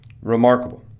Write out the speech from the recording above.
Remarkable